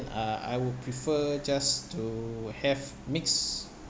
uh I would prefer just to have mix